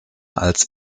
als